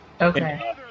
Okay